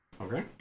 Okay